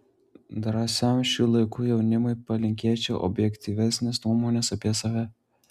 drąsiam šių laikų jaunimui palinkėčiau objektyvesnės nuomonės apie save